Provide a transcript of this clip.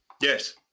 Yes